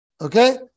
Okay